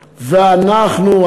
ואנחנו,